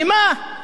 ממה?